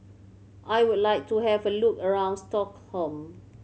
I would like to have a look around Stockholm